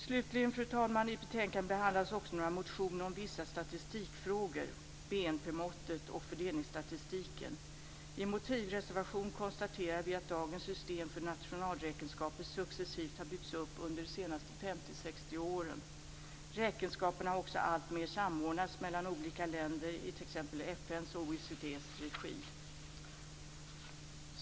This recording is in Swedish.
Slutligen, fru talman, behandlas i betänkandet också några motioner om statistikfrågor, BNP-måttet och fördelningsstatistiken. I en motivreservation konstaterar vi att dagens system för nationalräkenskaper successivt har byggts upp under de senaste 50-60 åren. Räkenskaperna har också alltmer samordnats mellan olika länder, t.ex. i FN:s och OECD:s regi.